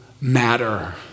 matter